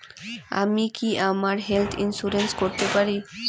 আমি কি আমার হেলথ ইন্সুরেন্স করতে পারি?